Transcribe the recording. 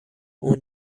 اون